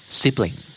sibling